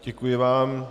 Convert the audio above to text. Děkuji vám.